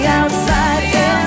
outside